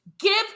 Give